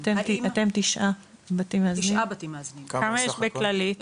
כמה יש בכללית?